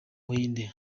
buhinde